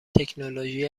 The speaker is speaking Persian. تکنولوژی